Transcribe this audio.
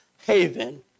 haven